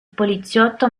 poliziotto